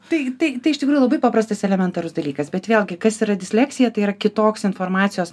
tai tai iš tikrųjų labai paprastas elementarus dalykas bet vėlgi kas yra disleksija tai yra kitoks informacijos